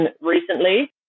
recently